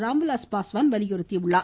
ராம்விலாஸ் பாஸ்வான் வலியுறுத்தியுள்ளார்